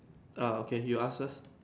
err okay you ask first